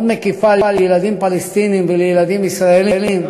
מאוד מקיפה, לילדים פלסטינים ולילדים ישראלים.